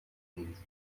his